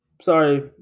sorry